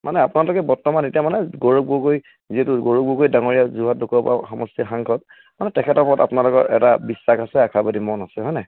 মানে আপোনালোকে বৰ্তমান এতিয়া মানে গৌৰৱ গগৈ যিহেতু গৌৰৱ গগৈ ডাঙৰীয়া যোৰহাট সমষ্টিৰ সাংসদ মানে তেখেতৰ ওপৰত আপোনালোকৰ এটা বিশ্বাস আছে আশাবাদী মন আছে হয় নাই